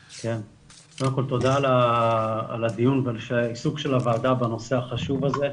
קודם כל תודה על הדיון ועל העיסוק של הוועדה בנושא החשוב הזה.